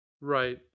Right